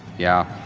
yeah.